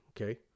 Okay